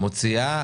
מוציאה